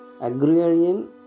Agrarian